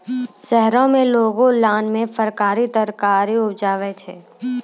शहरो में लोगों लान मे फरकारी तरकारी उपजाबै छै